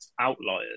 outliers